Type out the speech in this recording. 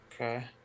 Okay